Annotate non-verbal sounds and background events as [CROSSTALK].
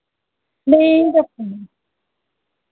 नेईं [UNINTELLIGIBLE]